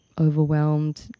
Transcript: overwhelmed